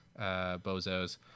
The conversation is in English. bozos